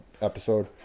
episode